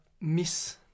Miss